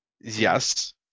Yes